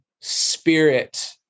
spirit